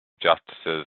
justices